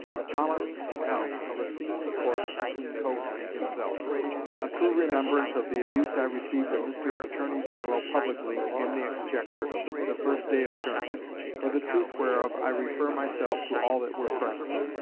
the following account of a scene in court between coke and himself a true remembrance of the abuse i received of mr. attorney-general publicly in the exchequer the first day of term for the truth whereof i refer myself to all that were present.